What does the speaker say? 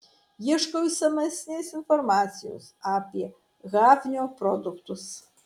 ieškau išsamesnės informacijos apie hafnio produktus